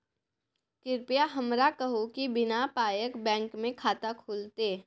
कृपया हमरा कहू कि बिना पायक बैंक मे खाता खुलतै?